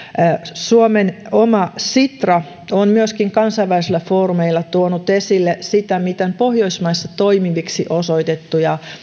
suomen oma sitra on myöskin kansainvälisillä foorumeilla tuonut esille sitä miten pohjoismaissa toimiviksi osoitettuja